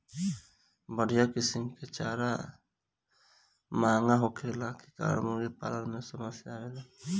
बढ़िया किसिम कअ चारा महंगा होखला के कारण मुर्गीपालन में समस्या आवेला